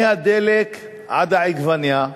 מהדלק עד העגבנייה,